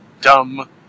dumb